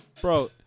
Bro